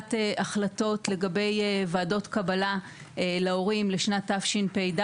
בקבלת החלטות לגבי ועדות קבלה להורים לשנת תשפ"ד.